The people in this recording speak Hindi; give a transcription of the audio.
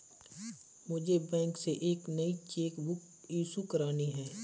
मुझे बैंक से एक नई चेक बुक इशू करानी है